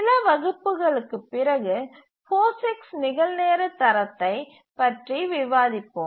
சில வகுப்புகளுக்குப் பிறகு போசிக்ஸ் நிகழ்நேர தரத்தைப் பற்றி விவாதிப்போம்